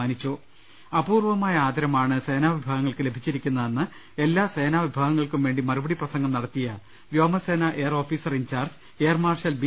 ലലലലലലലലലലലല അപൂർവമായ ആദരമാണ് സേനാവിഭാഗങ്ങൾക്ക് ലഭി ച്ചിരിക്കുന്നതെന്ന് എല്ലാ സേനാവിഭാഗങ്ങൾക്കും വേണ്ടി മറുപടി പ്രസംഗം നടത്തിയ വ്യോമസേന air officer in charge air marshal B